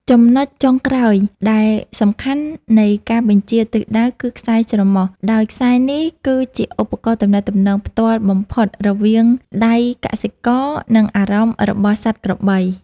ចំណុចចុងក្រោយដែលសំខាន់នៃការបញ្ជាទិសដៅ គឺខ្សែច្រមុះ ដោយខ្សែនេះគឺជាឧបករណ៍ទំនាក់ទំនងផ្ទាល់បំផុតរវាងដៃកសិករ និងអារម្មណ៍របស់សត្វក្របី។